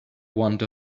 want